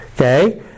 Okay